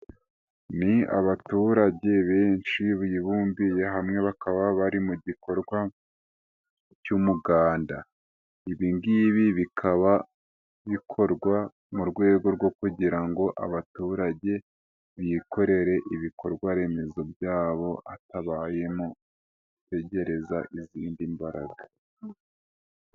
Ni abaturage benshi bibumbiye hamwe bakaba bari mu gikorwa cy'umuganda, ibi ngibi bikaba bikorwa mu rwego rwo kugira ngo abaturage bikorere ibikorwa remezo byabo hatabayemo gutegereza izindi mbaraga.